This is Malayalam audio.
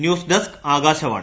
news desk Akashvani